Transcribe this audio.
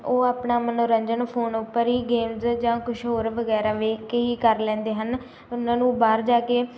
ਉਹ ਆਪਣਾ ਮਨੋਰੰਜਨ ਫੋਨ ਉੱਪਰ ਹੀ ਗੇਮਸ ਜਾਂ ਕੁਛ ਹੋਰ ਵਗੈਰਾ ਵੇਖ ਕੇ ਹੀ ਕਰ ਲੈਂਦੇ ਹਨ ਉਹਨਾਂ ਨੂੰ ਬਾਹਰ ਜਾ ਕੇ